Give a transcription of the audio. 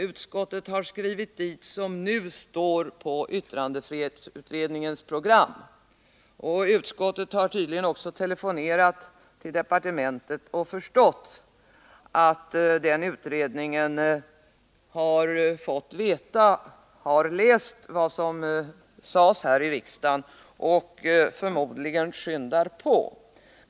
Utskottet har skrivit dit ”som nu står på yttrandefrihetsutredningens program”. Utskottet har tydligen också telefonerat till departementet och förstått att ledamöterna av utredningen har läst vad som sades här i riksdagen och förmodligen skyndar på det hela.